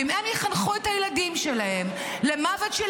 ואם הם יחנכו את הילדים שלהם למוות של